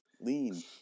Lean